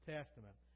Testament